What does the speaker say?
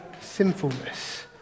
sinfulness